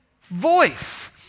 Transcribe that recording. voice